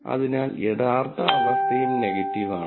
അതിനാൽ യഥാർത്ഥ അവസ്ഥയും നെഗറ്റീവ് ആണ്